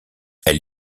elle